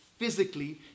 physically